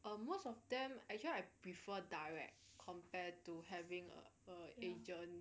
uh most of them actually I prefer direct compared to having err asian